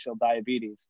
diabetes